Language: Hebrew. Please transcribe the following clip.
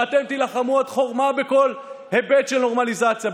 ואתם תילחמו עד חורמה בכל היבט של נורמליזציה,